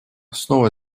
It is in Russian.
снова